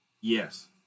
Yes